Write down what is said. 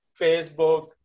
Facebook